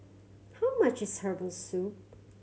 how much is herbal soup